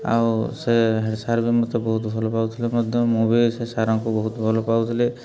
ଆଉ ସେ head sir ବି ମୋତେ ବହୁତ ଭଲ ପାଉଥିଲେ ମଧ୍ୟ ମୁଁ ବି ସେ ସାର୍ଙ୍କୁ ବହୁତ ଭଲ ପାଉଥିଲି